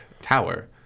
tower